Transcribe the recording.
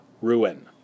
ruin